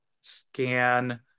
scan